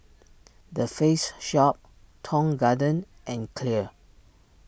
the Face Shop Tong Garden and Clear